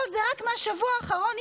כל זה התייקר רק בשבוע האחרון.